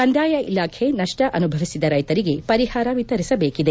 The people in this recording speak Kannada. ಕಂದಾಯ ಇಲಾಖೆ ನಷ್ಟ ಅನುಭವಿಸಿದ ರೈತರಿಗೆ ಪರಿಹಾರ ವಿತರಿಸಬೇಕಿದೆ